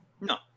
No